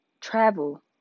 Travel